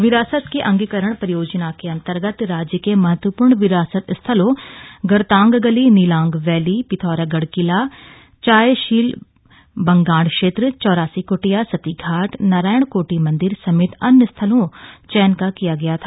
विरासत के अंगीकरण परियोजना के अन्तर्गत राज्य के महत्वपूर्ण विरासत स्थलों गरतांग गली नीलांग वैली पिथौरागढ़ किला चायशीलबगांण क्षेत्र चौरासी कृटिया सती घाट नारायणकोटी मन्दिर समेत अन्य स्थलों चयन का किया गया था